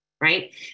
right